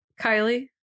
Kylie